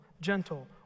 gentle